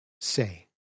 say